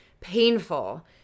painful